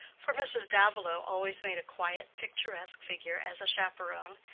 for mrs. davilow always made a quiet, picturesque figure as a chaperon,